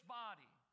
body